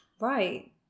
Right